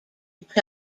each